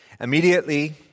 Immediately